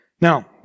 Now